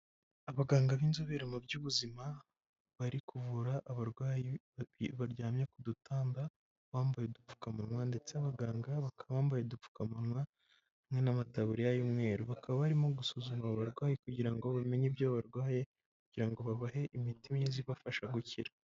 Abaganga b'inzobere mu by'ubuzima bari kuvura abarwayi baryamye ku dutamba bambaye udupfukamunwa ndetse abaganga bakaba bambaye udupfukamunwa hamwe n'amataburiya y'umweru, bakaba barimo gusuzuma abarwayi kugira ngo bamenye ibyo barwaye kugira ngo babahe imiti myiza ibafasha gukira.